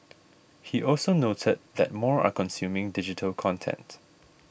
he also noted that more are consuming digital content